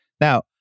Now